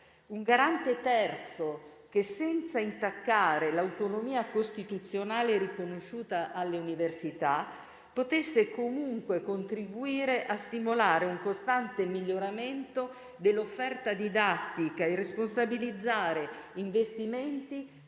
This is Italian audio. un garante terzo che, senza intaccare l'autonomia costituzionale riconosciuta alle università, potesse comunque contribuire a stimolare un costante miglioramento dell'offerta didattica e responsabilizzare investimenti